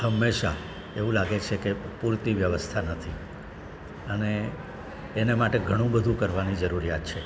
હંમેશા એવું લાગે છે કે પૂરતી વ્યવસ્થા નથી અને એને માટે ઘણું બધું કરવાની જરૂરિયાત છે